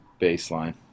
baseline